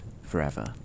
forever